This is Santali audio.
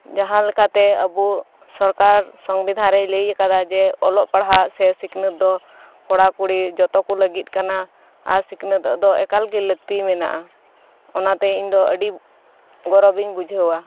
ᱡᱟᱦᱟᱱ ᱞᱮᱠᱟᱛᱮ ᱟᱵᱚ ᱥᱚᱨᱠᱟᱨ ᱥᱚᱝᱵᱤᱫᱷᱟᱱ ᱨᱮᱭ ᱞᱟᱹᱭ ᱟᱠᱟᱫᱟ ᱡᱮᱹ ᱚᱞᱚᱜ ᱯᱟᱲᱦᱟᱜ ᱥᱮ ᱥᱤᱠᱷᱱᱟᱹᱛ ᱫᱚ ᱠᱚᱲᱟ ᱠᱩᱲᱤ ᱡᱷᱚᱛᱚ ᱠᱚ ᱞᱟᱜᱤᱫ ᱠᱟᱱᱟ ᱟᱨ ᱥᱤᱠᱷᱱᱟᱹᱛ ᱫᱚ ᱮᱠᱟᱞ ᱜᱮ ᱞᱟᱠᱛᱤ ᱢᱮᱱᱟᱜ ᱼᱟ ᱚᱱᱟᱛᱮ ᱤᱧ ᱫᱚ ᱟᱹᱰᱤ ᱜᱚᱨᱚᱵᱽ ᱤᱧ ᱵᱩᱡᱷᱟᱹᱣᱟ